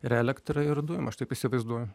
ir elektrai ir dujom aš taip įsivaizduoju